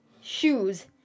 shoes